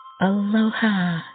Aloha